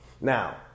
now